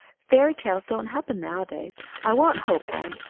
fairy tales don't happen nowadays. i won't hope, anne.